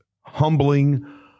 humbling